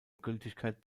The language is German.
gültigkeit